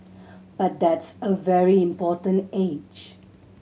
but that's a very important age